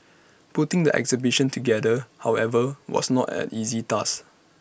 putting the exhibition together however was not an easy task